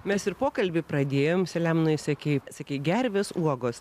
mes ir pokalbį pradėjom selemonai sakei sakei gervės uogos